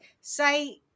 say